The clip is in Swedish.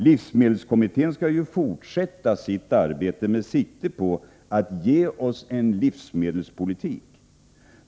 Livsmedelskommittén skall ju fortsätta sitt arbete med sikte på att ge oss en livsmedelspolitik.